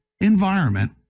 environment